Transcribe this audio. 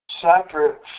separate